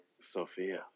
Sophia